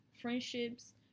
Friendships